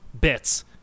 bits